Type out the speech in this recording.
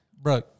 bro